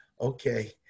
Okay